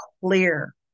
clear